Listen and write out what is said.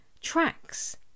tracks